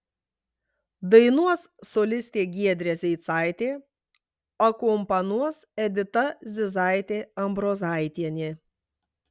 dainuos solistė giedrė zeicaitė akompanuos edita zizaitė ambrozaitienė